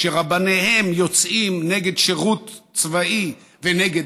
שרבניהן יוצאים נגד שירות צבאי ונגד